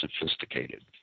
sophisticated